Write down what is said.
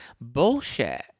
bullshit